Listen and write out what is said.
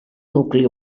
nucli